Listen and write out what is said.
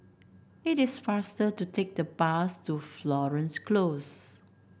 it is faster to take the bus to Florence Close